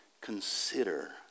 consider